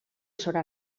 sota